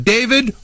David